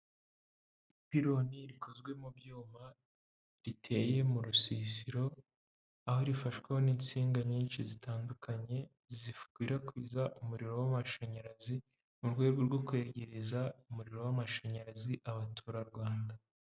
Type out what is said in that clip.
Ipironi rikozwe mu byuma, riteye mu rusisiro, aho rifashwaweho n'insinga nyinshi zitandukanye zikwirakwiza umuriro w'amashanyarazi, mu rwego rwo kwegereza umuriro w'amashanyarazi Abaturarwanda.